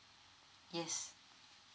yes